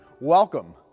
Welcome